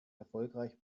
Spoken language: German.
erfolgreich